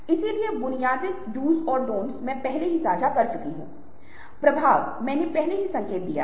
इसका मतलब है कि बहुत से लोग हजारों और लाखों लोग करोड़ों लोग मानते हैं कि वहां क्या कहा जा रहा है